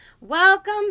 Welcome